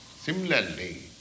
Similarly